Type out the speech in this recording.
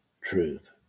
truth